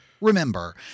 remember